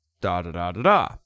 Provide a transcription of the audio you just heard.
da-da-da-da-da